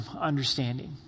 understanding